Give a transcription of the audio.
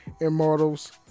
Immortals